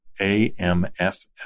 AMFF